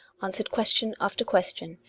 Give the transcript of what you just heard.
an swered question after question,